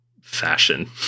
fashion